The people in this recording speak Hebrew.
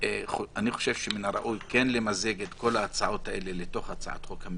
אני חושב שמין הראוי למזג את כל ההצעות האלה לתוך הצעת החוק הממשלתית.